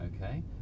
Okay